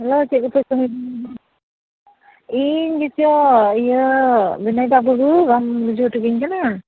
hello ᱪᱮᱫ ᱠᱚᱯᱮ ᱠᱟᱹᱢᱤᱭᱫᱟ ᱤᱧ ᱜᱮᱪᱚ ᱤᱭᱟᱹ ᱵᱤᱱᱚᱭ ᱫᱟ ᱵᱟᱹᱦᱩ ᱵᱟᱢ ᱵᱩᱡᱷᱟᱹᱣ ᱴᱷᱤᱠᱤᱧ ᱠᱟᱱᱟ